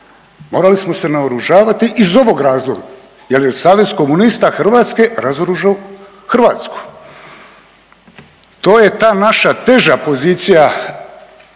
Morali smo se naoružavati iz ovog razloga, jer je savez komunista Hrvatske razoružao Hrvatsku. To je ta naša teža pozicija